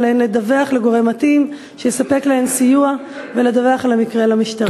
ועליהן לדווח לגורם מתאים שיספק להן סיוע ולדווח על המקרה למשטרה.